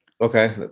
Okay